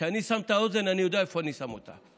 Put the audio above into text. כשאני שם את האוזן אני יודע איפה אני שם אותה.